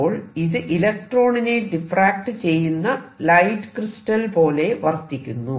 അപ്പോൾ ഇത് ഇലക്ട്രോണിനെ ഡിഫ്റാക്ട് ചെയ്യുന്ന ലൈറ്റ് ക്രിസ്റ്റൽ പോലെ വർത്തിക്കുന്നു